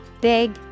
Big